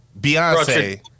Beyonce